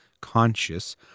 conscious